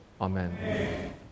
Amen